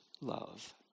love